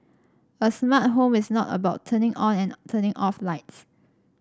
a smart home is not about turning on and turning off lights